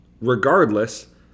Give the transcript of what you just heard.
Regardless